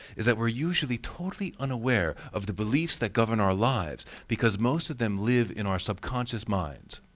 is that we're usually totally unaware of the beliefs that govern our lives, because most of them live in our subconscious minds.